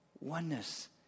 Oneness